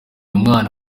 umwana